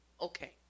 Okay